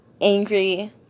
angry